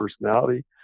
personality